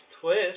twist